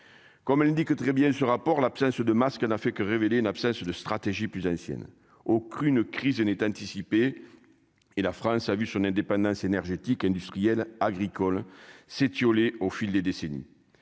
comme elle dit que très bien ce rapport, l'absence de masques n'a fait que révéler une absence de stratégie plus ancienne aux cru une crise et n'est anticipé, et la France a vu son indépendance énergétique industrielle, agricole s'étioler au fil des décennies,